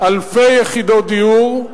אלפי יחידות דיור,